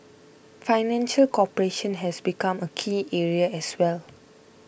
financial cooperation has become a key area as well